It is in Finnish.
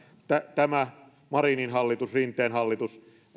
tämä marinin hallitus rinteen hallitus